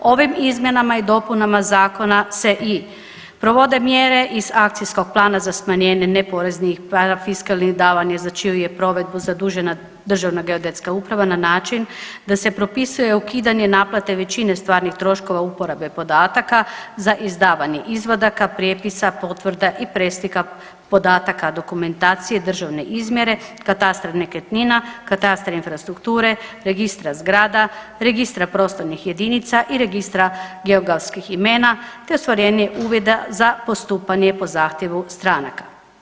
Ovim izmjenama i dopunama Zakona se i provode mjere iz akcijskog plana za smanjenje neporeznih parafiskalnih davanja za čiju je provedbu zadužena DGU na način da se propisuje ukidanje naplate većine stvarnih troškova uporabe podataka za izdavanje izvadaka, prijepisa, potvrda i preslika podataka dokumentacije državne izmjere, katastra nekretnina, katastar infrastrukture, registra zgrada, registra prostornih jedinica i registra geografskih imena te ostvarenje uvida za postupanje po zahtjevu stranaka.